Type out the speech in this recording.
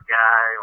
guy